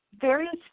various